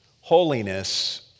Holiness